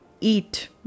eat